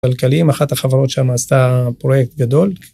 כלכליים, אחת החברות שם עשתה פרויקט גדול.